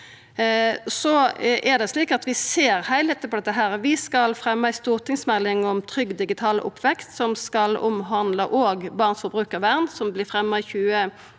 Vi skal fremja ei stortingsmelding om trygg digital oppvekst, som òg skal omhandla barn sitt forbrukarvern,